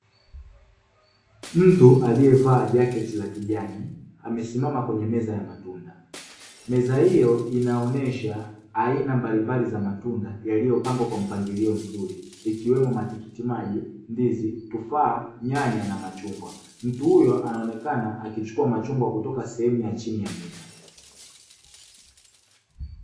Mtu aliyevaa jaketi la kijani amesimama kwenye meza ya matunda; meza hiyo inaonyesha aina mbalimbali za matunda yaliyopangwa kwa mpangilio mzuri ikiwemo: matikiti maji, ndizi, tufaa, nyanya na machungwa, mtu huyo anaonekana akichukua machungwa kutoka sehemu ya chini ya meza.